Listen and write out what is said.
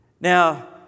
Now